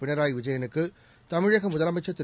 பினராயி விஜயனுக்கு தமிழக முதலமைச்சர் திரு